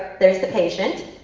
there's the patient.